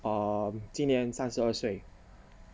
um 今年三十二岁